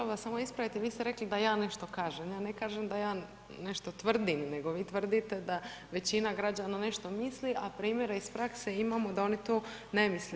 vas samo ispraviti, vi ste rekli da ja nešto kažem, ja ne kažem da ja nešto tvrdim, nego vi tvrdite da većina građana nešto misli, a primjera iz prakse imamo da oni to ne misle.